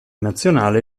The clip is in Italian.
nazionale